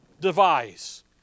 device